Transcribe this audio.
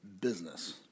business